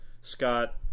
Scott